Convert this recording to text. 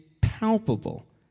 palpable